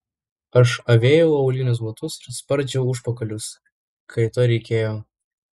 aš avėjau aulinius batus ir spardžiau užpakalius kai to reikėjo